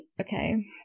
Okay